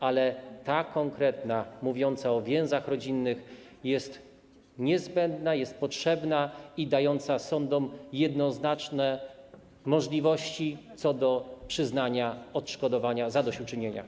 Ale ta konkretna ustawa, mówiąca o więziach rodzinnych, jest niezbędna, jest potrzebna i daje ona sądom jednoznaczne możliwości w zakresie przyznania odszkodowania, zadośćuczynienia.